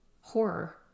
horror